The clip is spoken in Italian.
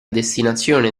destinazione